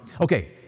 okay